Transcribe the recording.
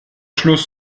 schluss